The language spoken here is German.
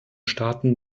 staaten